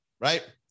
right